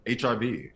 hiv